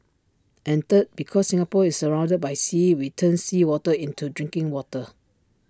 and third because Singapore is surrounded by sea we turn seawater into drinking water